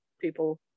people